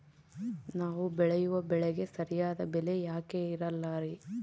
ನಾವು ಬೆಳೆಯುವ ಬೆಳೆಗೆ ಸರಿಯಾದ ಬೆಲೆ ಯಾಕೆ ಇರಲ್ಲಾರಿ?